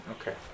Okay